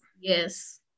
Yes